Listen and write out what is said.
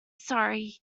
sorry